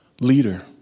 leader